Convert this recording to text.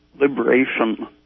liberation